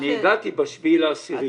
אני הגעתי ב-7 באוקטובר.